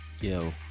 yo